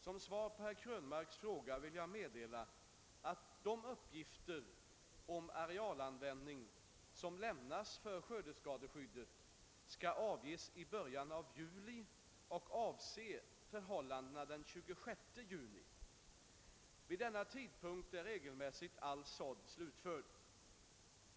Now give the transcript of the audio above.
Som svar på herr Krönmarks fråga vill jag meddela att de uppgifter om arealanvändning som lämnas för skördeskadeskyddet skall avges i början av juli och avse förhållandena den 26 juni. Vid denna tidpunkt är regelmässigt all sådd slutförd.